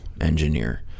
engineer